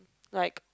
like